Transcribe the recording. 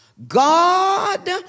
God